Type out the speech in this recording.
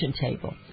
table